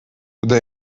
куда